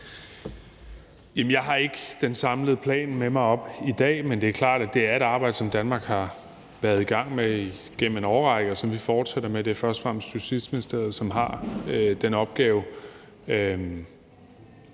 Jeg har ikke den samlede plan med mig herop i dag, men det er klart, at det er et arbejde, som Danmark har været i gang med igennem en årrække, og som vi fortsætter med. Det er først og fremmest Justitsministeriet, som har den opgave.